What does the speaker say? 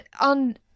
on